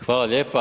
Hvala lijepa.